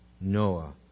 Noah